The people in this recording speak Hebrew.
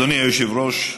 אדוני היושב-ראש,